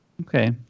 Okay